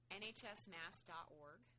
nhsmass.org